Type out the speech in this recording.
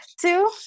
two